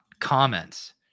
comments